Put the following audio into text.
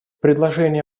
предложения